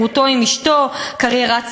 באוניברסיטאות ברשות הפלסטינית: באל-ג'מעא